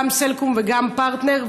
גם סלקום וגם פרטנר,